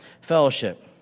fellowship